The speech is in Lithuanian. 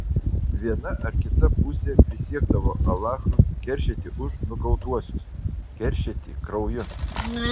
viena ar kita pusė prisiekdavo alachu keršyti už nukautuosius keršyti krauju